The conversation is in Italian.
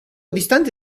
distante